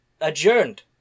adjourned